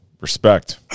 respect